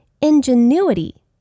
Ingenuity